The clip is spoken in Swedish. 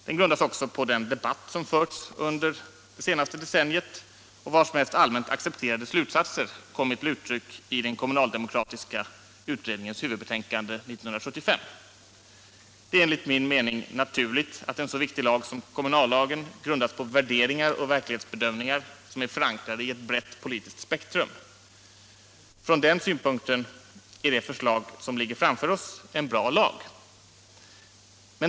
Den grundas också på den debatt som har förts under det senaste decenniet och vars mest allmänt accepterade slutsatser har kommit till uttryck i den kommunaldemokratiska utredningens huvudbetänkande 1975. Det är enligt min mening naturligt att en så viktig lag som kommunallagen baseras på värderingar och verklighetsbedömningar som är förankrade i ett brett politiskt spektrum. Från den synpunkten är det förslag som ligger framför oss en bra lag.